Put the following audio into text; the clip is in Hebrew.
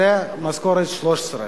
זה משכורת 13,